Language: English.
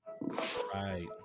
Right